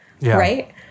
right